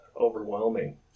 overwhelming